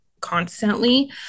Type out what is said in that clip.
constantly